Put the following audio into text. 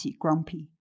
grumpy